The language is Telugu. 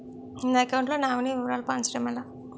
నా అకౌంట్ లో నామినీ వివరాలు మార్చటం ఎలా?